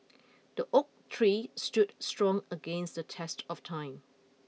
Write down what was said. the oak tree stood strong against the test of time